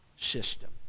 system